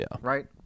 right